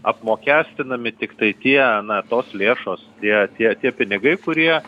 apmokestinami tiktai tie tos lėšos tie tie tie pinigai kurie